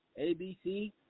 ABC